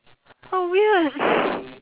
oh weird